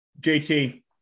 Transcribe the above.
JT